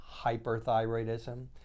hyperthyroidism